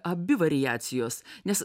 abi variacijos nes